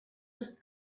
with